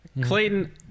Clayton